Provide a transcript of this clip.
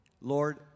Lord